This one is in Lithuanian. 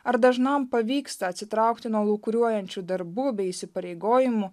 ar dažnam pavyksta atsitraukti nuo lūkuriuojančių darbų bei įsipareigojimų